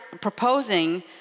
proposing